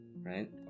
right